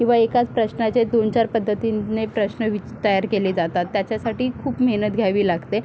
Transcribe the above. किंवा एकाच प्रश्नाचे दोनचार पद्धतीने प्रश्न वि तयार केले जातात त्याच्यासाठी खूप मेहनत घ्यावी लागते